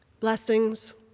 Blessings